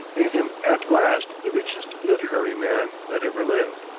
made him at last the richest literary man that ever lived.